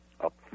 up